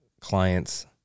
clients